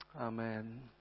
Amen